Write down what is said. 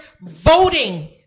voting